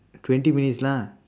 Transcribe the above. twenty minutes lah